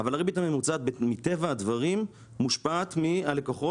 אבל הריבית הממוצעת מטבע הדברים מושפעת מהלקוחות